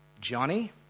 Johnny